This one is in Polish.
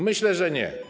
Myślę, że nie.